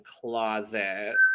closet